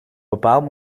bepaald